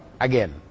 Again